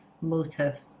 motive